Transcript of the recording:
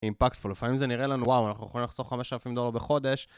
אימפקטפול. לפעמים זה נראה לנו, וואו, אנחנו יכולים לחסוך 5,000 דולר בחודש.